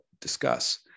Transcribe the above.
discuss